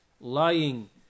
lying